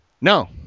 No